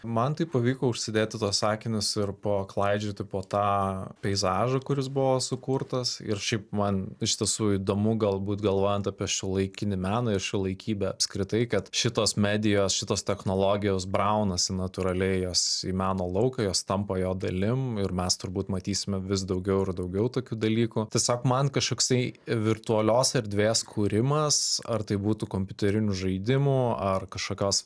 man tai pavyko užsidėti tuos akinius ir paklaidžioti po tą peizažą kuris buvo sukurtas ir šiaip man iš tiesų įdomu galbūt galvojant apie šiuolaikinį meną ir šiuolaikybę apskritai kad šitos medijos šitos technologijos braunasi natūraliai jos į meno lauką jos tampa jo dalim ir mes turbūt matysime vis daugiau ir daugiau tokių dalykų tiesiog man kažkoksai virtualios erdvės kūrimas ar tai būtų kompiuterinių žaidimų ar kažkokios